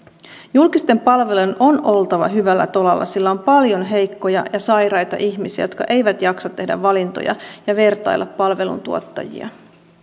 julkisten palvelujen on oltava hyvällä tolalla sillä on paljon heikkoja ja sairaita ihmisiä jotka eivät jaksa tehdä valintoja ja vertailla palveluntuottajia